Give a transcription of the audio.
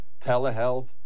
telehealth